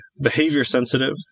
behavior-sensitive